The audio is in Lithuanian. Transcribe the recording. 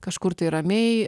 kažkur tai ramiai